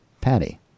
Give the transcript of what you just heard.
Patty